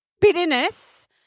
bitterness